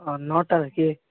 ହଁ ନଅଟାରେ କି